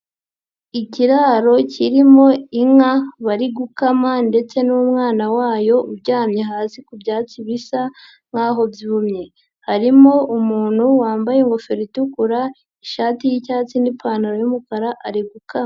Ikiraro kirimo inka bari gukama ndetse n'umwana wayo uryamye hasi ku byatsi bisa nkaho byumye, harimo umuntu wambaye ingofero itukura, ishati y'icyatsi n'ipantaro y'umukara ari gukama.